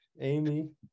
amy